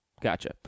Gotcha